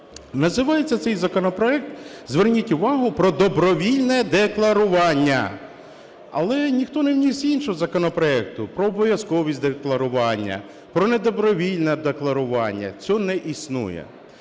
Називається цей законопроект, зверніть увагу, про добровільне декларування. Але ніхто не вніс іншого законопроекту: про обов'язковість декларування, про недобровільне декларування – цього не існує.